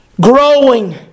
growing